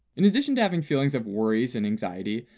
in addition to having feelings of worries and anxiety,